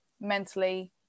mentally